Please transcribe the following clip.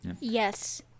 Yes